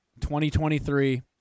2023